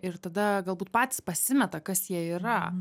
ir tada galbūt patys pasimeta kas jie yra